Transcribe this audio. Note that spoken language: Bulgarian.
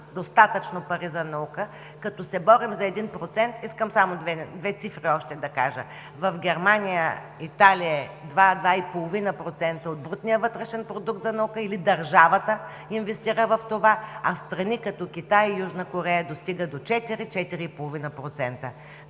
достатъчно пари за наука. Като се борим за 1%, искам само две цифри още да кажа. В Германия, Италия е 2 – 2,5% от брутния вътрешен продукт за наука, или държавата инвестира в това, а в страни като Китай и Южна Корея достига до 4 – 4,5%.